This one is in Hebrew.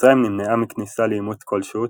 מצרים נמנעה מכניסה לעימות כלשהו,